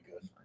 good